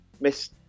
Miss